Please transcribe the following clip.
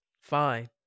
Fine